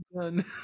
done